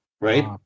right